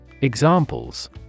Examples